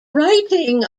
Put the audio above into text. writing